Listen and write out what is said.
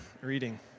reading